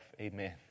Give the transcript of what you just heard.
Amen